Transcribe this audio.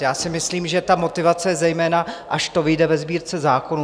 Já si myslím, že ta motivace je zejména, až to vyjde ve Sbírce zákonů.